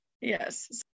yes